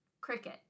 Cricket